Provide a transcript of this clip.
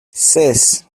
ses